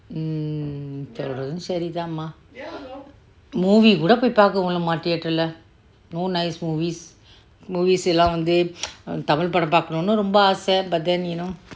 um நீ சொல்ரதும் சரி தா:nee solrathum sari thaa mah movie கூட போய் பார்க்க முடியல:kuuda pooi paaka mudiyala mah theatre leh no nice movies movies எல்லாம் வந்து தமிழ் படம் பாக்கணும் னு ரொம்ப ஆச:ellam vanthu tamizh padam paakanum nu romba aasa but then you know